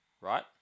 right